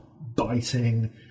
biting